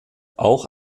auch